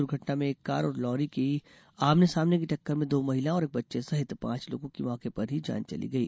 दुर्घटना में एक कार और लॉरी की आमने सामने की टक्कर में दो महिलाओं और एक बच्चे सहित पांच लोगों की मौके पर ही जान चली गई